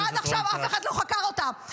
-- שעד עכשיו אף אחד לא חקר אותה,